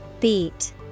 Beat